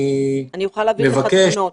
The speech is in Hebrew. אני יכולה להעביר לך תלונות.